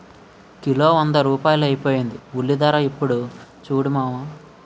kilo వంద రూపాయలైపోయింది ఉల్లిధర యిప్పుడు సూడు మావా